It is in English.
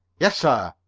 yes, sir,